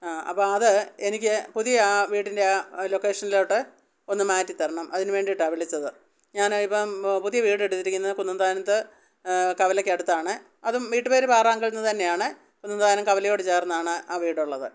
ആ അപ്പം അത് എനിക്ക് പുതിയആ വീടിന്റെ ലൊക്കേഷനിലോട്ട് ഒന്ന് മാറ്റിത്തരണം അതിന് വേണ്ടീട്ടാ വിളിച്ചത് ഞാനിപ്പം പുതിയ വീടെടുത്തിരിക്കുന്നത് കുന്നന്താനത്ത് കവലയ്ക്കടുത്താണ് അതും വീട്ടുപേര് പാറാങ്കലെന്നു തന്നെയാണ് കുന്നന്താനം കവലയോട് ചേർന്നാണ് ആ വീടുള്ളത്